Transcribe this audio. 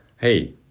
hey